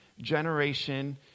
generation